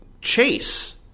chase